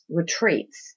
retreats